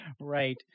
Right